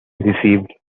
received